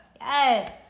Yes